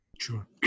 Sure